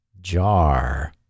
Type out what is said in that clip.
Jar